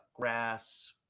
grass